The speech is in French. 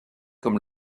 comme